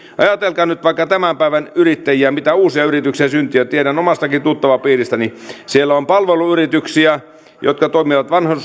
ajatelkaa nyt vaikka tämän päivän yrittäjiä sitä mitä uusia yrityksiä syntyy ja tiedän niitä omastakin tuttavapiiristäni siellä on palveluyrityksiä jotka toimivat